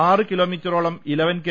ആറു കിലോമീറ്ററോളം eleven K